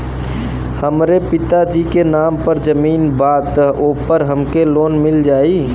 हमरे पिता जी के नाम पर जमीन बा त ओपर हमके लोन मिल जाई?